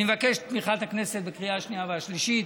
אני מבקש את תמיכת הכנסת בקריאה השנייה והשלישית.